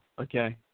Okay